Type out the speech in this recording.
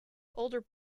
older